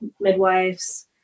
midwives